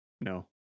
No